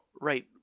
Right